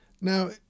Now